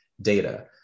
data